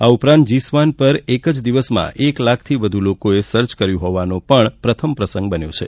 આ ઉપરાંત જીસ્વાન પર એક જ દિવસમાં એક લાખથી વધુ લોકોએ સર્ચ કર્યું હોવાનો પણ પ્રથમ પ્રસંગ બન્યો છે